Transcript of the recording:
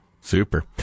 Super